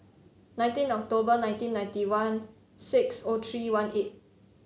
nineteen October nineteen ninety one six O three one eight